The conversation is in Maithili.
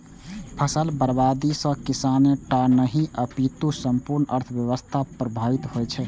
फसल बर्बादी सं किसाने टा नहि, अपितु संपूर्ण अर्थव्यवस्था प्रभावित होइ छै